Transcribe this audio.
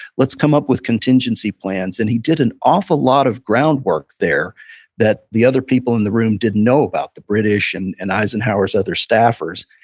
let's come up with contingency plans. and he did an awful lot of groundwork there that the other people in the room didn't know about, the british and and eisenhower's other staffers.